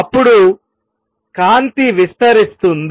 అప్పుడు కాంతి విస్తరిస్తుంది